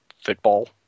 football